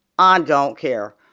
um don't care.